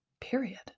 Period